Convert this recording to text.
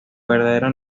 verdadero